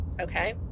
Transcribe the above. Okay